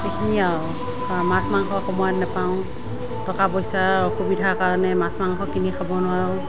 সেইখিনিয়ে আৰু তাৰপৰা মাছ মাংস সময়ত নাপাওঁ টকা পইচাৰ অসুবিধা কাৰণে মাছ মাংস কিনি খাব নোৱাৰোঁ